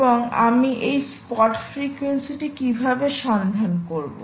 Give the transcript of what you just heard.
এবং আমি এই স্পট ফ্রিকোয়েন্সিটি কীভাবে সন্ধান করব